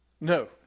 No